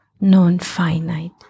non-finite